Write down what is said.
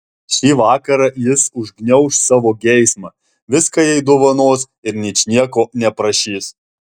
šį vakarą jis užgniauš savo geismą viską jai dovanos ir ničnieko neprašys